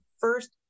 first